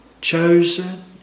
chosen